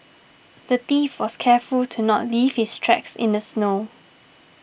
the thief was careful to not leave his tracks in the snow